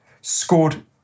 scored